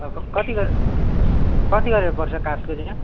कति गरेर कति गरेर पर्छ काठको